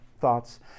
thoughts